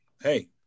hey